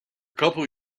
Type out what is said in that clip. couple